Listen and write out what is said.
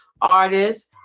artists